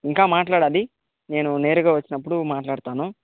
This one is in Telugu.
ఇంకా మాట్లాడాలి నేను నేరుగా వచ్చినప్పుడు మాట్లాడతాను